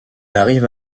arrive